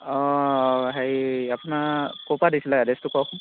অঁ হেৰি আপোনাৰ ক'ৰপৰা দিছিলে এড্ৰেছটো কওক